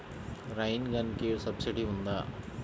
Rain గన్కి subsidy ఉందా?